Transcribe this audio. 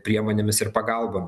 priemonėmis ir pagalbom